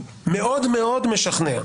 מאוד מאוד משכנע,